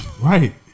right